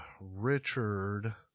Richard